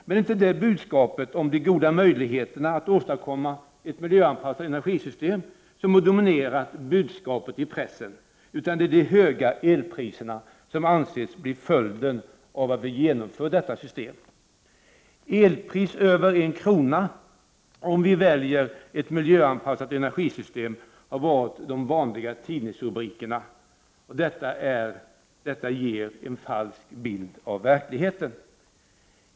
Men det är inte budskapet om de goda möjligheterna att åstadkomma ett miljöanpassat energisystem som dominerat i pressen, utan man har där talat om de höga elpriser som anses bli följden om vi genomför detta system. ”Elpris över en krona, om vi väljer ett miljöanpassat energisystem” har varit en vanlig tidningsrubrik. Detta ger en falsk bild av verkligheten.